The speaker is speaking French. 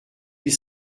huit